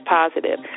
positive